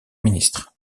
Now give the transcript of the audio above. ministre